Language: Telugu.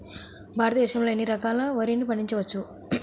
భారతదేశంలో ఎన్ని రకాల వరిని పండించవచ్చు